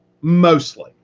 Mostly